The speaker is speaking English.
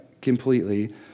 completely